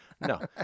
No